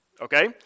Okay